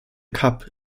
cup